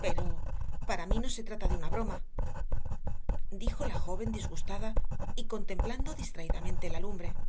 pero para mí no se trata de una broma dijo la joven disgustada y contemplando distraídamente la lumbre